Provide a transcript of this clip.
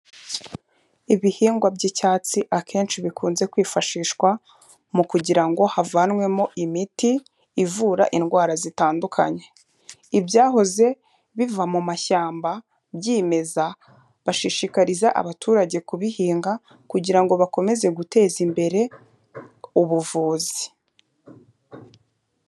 Ibihingwa by'icyatsi akenshi bikunze kwifashishwa mu kugira ngo havanwemo imiti ivura indwara zitandukanye, ibyahoze biva mu mashyamba byimeza bashishikariza abaturage kubihinga kugira ngo bakomeze guteza imbere ubuvuzi.